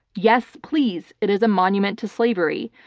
yes please. it is a monument to slavery.